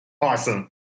Awesome